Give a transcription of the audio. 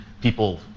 people